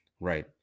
Right